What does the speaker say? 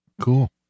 Cool